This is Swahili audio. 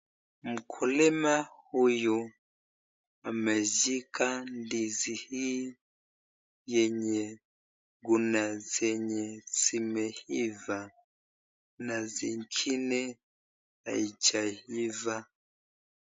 Mkulima huyu ameshika ndizi hii yenye kuna zenye zimeiva na zingine haijaiva.